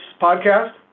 podcast